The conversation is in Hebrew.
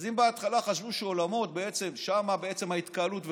אז אם בהתחלה חשבו שאולמות, שם בעצם ההתקהלות וכו'